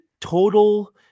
total